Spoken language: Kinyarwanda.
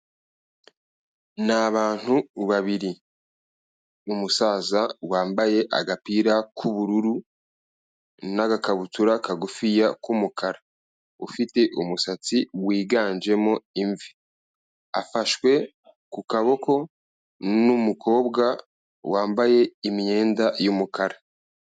Ni abantu babiri. Umusaza wambaye agapira k'ubururu, n'agakabutura kagufi k'umukara. Ufite umusatsi wiganjemo imvi. Afashwe ku kaboko n'umukobwa wambaye imyenda y'umukara.